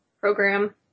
program